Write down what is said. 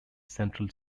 central